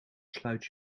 sluit